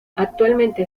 actualmente